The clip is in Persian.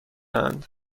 اند